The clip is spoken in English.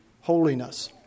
holiness